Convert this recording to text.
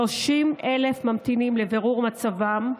30,000 ממתינים לבירור מצבם,